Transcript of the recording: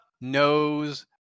knows